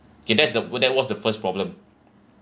K that's the that was the first problem